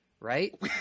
Right